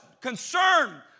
concern